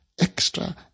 extra